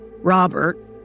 Robert